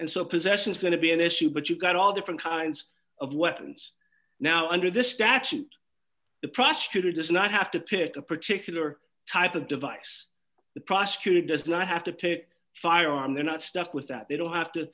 and so possessions going to be an issue but you've got all different kinds of weapons now under the statute the prosecutor does not have to pick a particular type of device the prosecutor does not have to take a firearm they're not stuck with that they don't have to